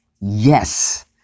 Yes